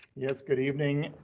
yes, good evening.